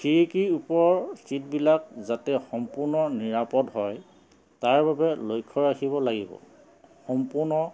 খিৰিকীৰ ওপৰৰ চিটবিলাক যাতে সম্পূৰ্ণ নিৰাপদ হয় তাৰ বাবে লক্ষ্য ৰাখিব লাগিব সম্পূৰ্ণ